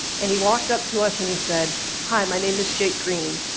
and he walked up to us and he said, hi, my name is jake green.